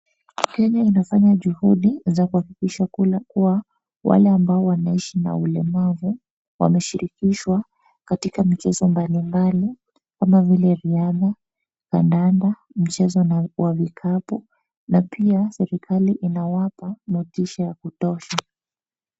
Kenya inafanya juhudi za kuhakikisha kuwa wale ambao wanaishi na ulemavu wameshirikishwa katika michezo mbalimbali kama vile riadha, kadanda, mchezo wa vikapu na pia serikali inawapa motisha ya kutosha.